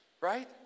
Right